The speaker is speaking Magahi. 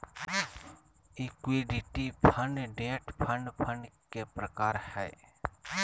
equity fund, debt fund fund के प्रकार हय